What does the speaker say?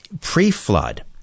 pre-flood